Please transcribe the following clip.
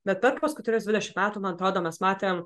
bet per paskutinius dvidešim metų man atrodo mes matėm